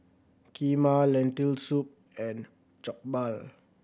Kheema Lentil Soup and Jokbal